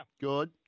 Good